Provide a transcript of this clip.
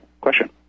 question